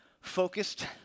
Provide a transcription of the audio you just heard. focused